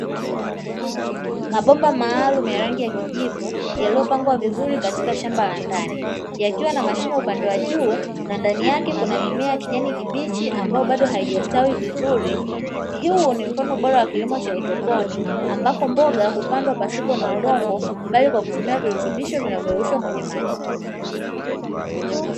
Mabomba maalumu ya rangi ya kijivu, yaliyopangwa vizuri katika shamba la ndani, yakiwa na mashimo upande wa juu na ndani yake kuna mimea ya kijani kibichi ambao bado haijastawi vizuri. Huu ni mfano bora wa kilimo cha haidroponi ambapo mboga hupandwa pasipo na udongo bali kwa kutumia virutubisho vinavyo yeyuushwa kwenye maji.